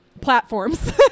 platforms